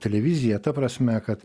televizija ta prasme kad